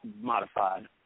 modified